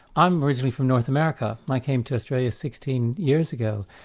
i'm originally from north america. i came to australia sixteen years ago,